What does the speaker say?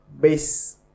base